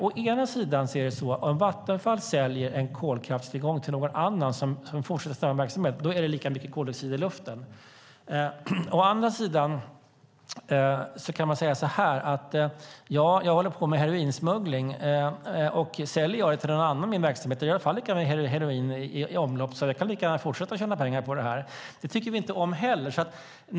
Om Vattenfall, å ena sidan, säljer en kolkraftstillgång till någon annan som fortsätter med den verksamheten blir det lika mycket koldioxid i luften. Man kan, å andra sidan, säga att om jag håller på med heroinsmuggling och säljer min verksamhet till någon annan finns det lika mycket heroin i omlopp och jag kan därför lika gärna fortsätta att tjäna pengar på det. Det tycker vi inte heller om.